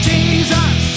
Jesus